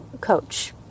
coach